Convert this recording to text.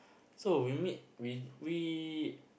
so we meet we we